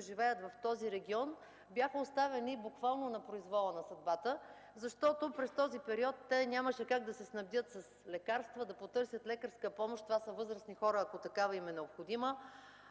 живеещи в този регион, бяха оставени буквално на произвола на съдбата, защото през периода нямаше как да се снабдят с лекарства, да потърсят лекарска помощ, ако такава им е необходима,